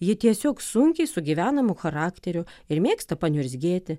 ji tiesiog sunkiai sugyvenamo charakterio ir mėgsta paniurzgėti